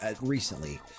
recently